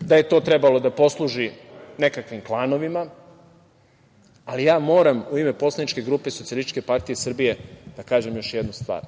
da je to trebalo da posluži nekakvim klanovima, ali ja moram u ime poslaničke grupe SPS da kažem još jednu stvar